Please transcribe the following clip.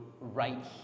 right